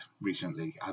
recently